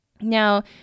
now